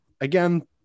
Again